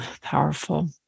powerful